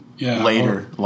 later